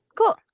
Cool